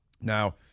Now